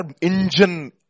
engine